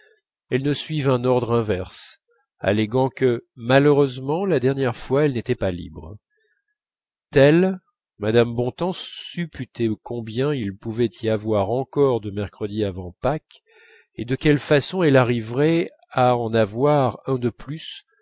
elles ne suivent un ordre inverse alléguant que malheureusement la dernière fois elles n'étaient pas libres telle mme bontemps supputait combien il pouvait y avoir encore de mercredis avant pâques et de quelle façon elle arriverait à en avoir un de plus